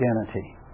identity